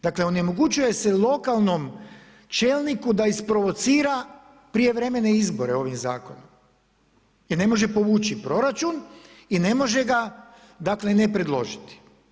Dakle, onemogućuje se lokalnom čelniku da isprovocira prijevremene izbore ovim zakonom, jer ne može povući proračun i ne može ga, dakle ne predložiti.